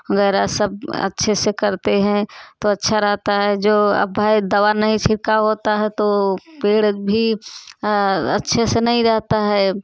वगैरह सब अच्छे से करते हैं तो अच्छा रहता है जो अब है दवा नहीं छिड़काव होता है तो पेड़ भी अच्छे से नहीं रहता है